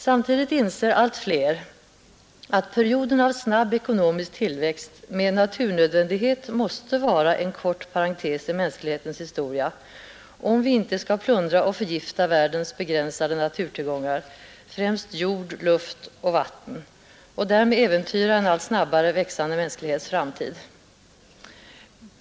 Samtidigt inser allt fler att perioden av snabb ekonomisk tillväxt med naturnödvändighet måste vara en kort parentes i mänsklighetens historia, om vi inte skall plundra och förgifta världens begränsade naturtillgångar, främst jord, luft och vatten och därmed äventyra en allt snabbare växande mänsklighets framtid.